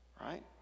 right